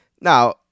Now